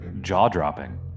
jaw-dropping